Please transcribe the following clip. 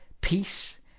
peace